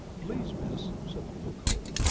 please, miss, said the blue-coat,